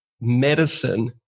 medicine